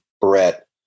Brett